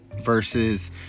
versus